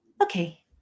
okay